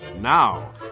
now